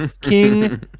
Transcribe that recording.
King